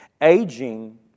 Aging